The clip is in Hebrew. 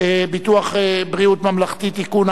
ביטוח בריאות ממלכתי (תיקון,